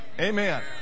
Amen